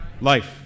life